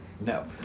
No